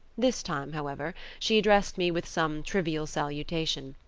this time, however, she addressed me with some trivial salutation,